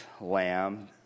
lamb